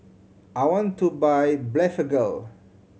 I want to buy Blephagel